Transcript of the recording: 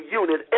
unit